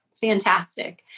fantastic